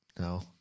no